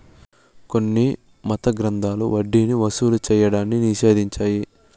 కొన్ని మత గ్రంథాలు వడ్డీని వసూలు చేయడాన్ని నిషేధించాయి